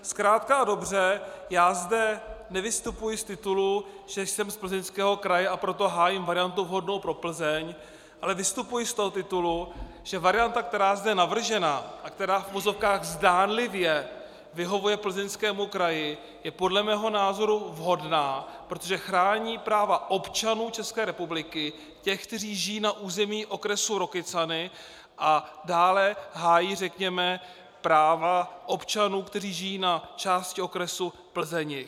Zkrátka a dobře, já zde nevystupuji z titulu, že jsem z Plzeňského kraje, a proto hájím variantu vhodnou pro Plzeň, ale vystupuji z toho titulu, že varianta, která je zde navržena a která v uvozovkách zdánlivě vyhovuje Plzeňskému kraji, je podle mého názoru vhodná, protože chrání práva občanů České republiky, těch, kteří žijí na území okresu Rokycany, a dále hájí, řekněme, práva občanů, kteří žijí na části okresu Plzeňjih.